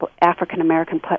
African-American